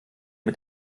mit